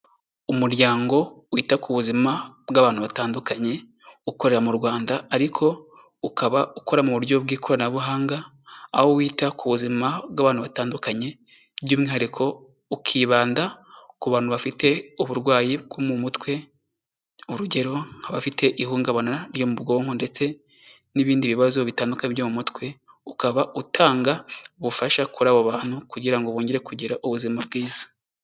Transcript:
Umuryango wita ku buzima bw'abantu batandukanye, ukorera mu Rwanda ariko ukaba ukora mu buryo bw'ikoranabuhanga, aho wita ku buzima bw'abantu batandukanye, by'umwihariko ukibanda ku bantu bafite uburwayi bwo mu mutwe, urugero nk'abafite ihungabana ryo mu bwonko ndetse n'ibindi bibazo bitandukanye byo mu mutwe, ukaba utanga ubufasha kuri abo bantu kugira ngo bongere kugira ubuzima bwiza.